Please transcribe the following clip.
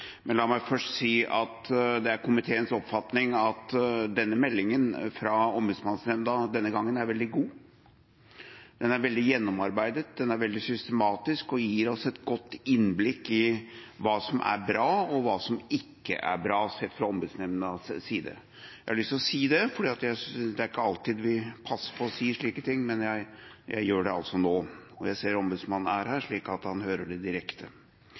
Men la meg først si at det er komiteens oppfatning at meldinga fra Ombudmannsnemnda denne gangen er veldig god. Den er veldig gjennomarbeidet, den er veldig systematisk, og den gir oss et godt innblikk i hva som er bra, og hva som ikke er bra sett fra Ombudsmannsnemndas side. Jeg har lyst til å si det, for det er ikke alltid vi passer på å si slike ting, men jeg gjør det altså nå. Jeg ser at Ombudsmannen er her, slik at han får høre det direkte.